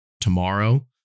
tomorrow